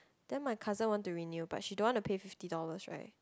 then my cousin want to renew but she don't want to pay fifty dollars right